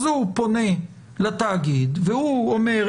אז הוא פונה לתאגיד והוא אומר,